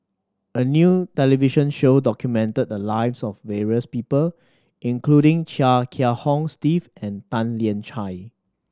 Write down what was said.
a new television show documented the lives of various people including Chia Kiah Hong Steve and Tan Lian Chye